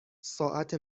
ساعت